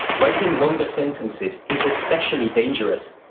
writing longer sentences is especially dangerous.